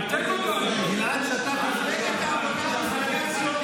את מבישה את תולדות מפלגת העבודה,